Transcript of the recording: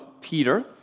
Peter